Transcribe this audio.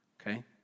okay